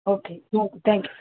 okay hmm thank you